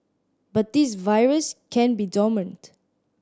but this virus can be dormant